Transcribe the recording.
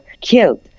killed